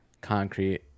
concrete